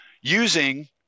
using